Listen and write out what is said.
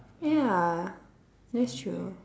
ya that's true